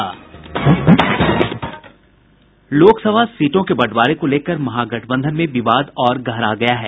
लोकसभा सीटों के बंटवारे को लेकर महागठबंधन मे विवाद और गहरा गया है